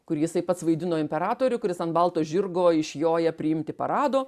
kur jisai pats vaidino imperatorių kuris ant balto žirgo išjoja priimti parado